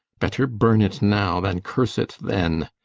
better burn it now, than curse it then.